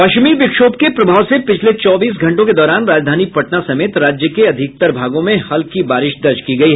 पश्चिमी विक्षोभ के प्रभाव से पिछले चौबीस घंटों के दौरान राजधानी पटना समेत राज्य के अधिकतर भागों में हल्की बारिश दर्ज की गयी